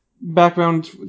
Background